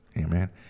Amen